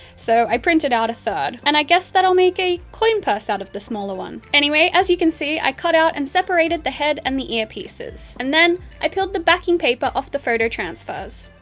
so i printed out a third. and i guess that i'll make a coin purse out of the smaller one. anyway, as you can see i cut out and separated the head and the ear pieces. and then, i peeled the backing paper off the photo transfers.